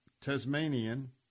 Tasmanian